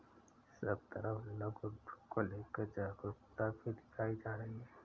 सब तरफ लघु उद्योग को लेकर जागरूकता भी दिखाई जा रही है